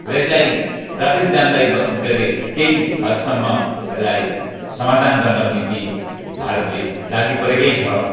र यसलाई ट्राफिक जामलाई ग गरे केही हदसम्म यसलाई समाधान गर्नका निम्ति भारतले लागिपरेकै छ